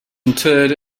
interred